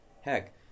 Heck